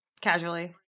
casually